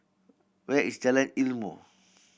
where is Jalan Ilmu